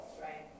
Right